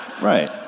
Right